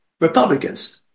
Republicans